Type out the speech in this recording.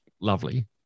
lovely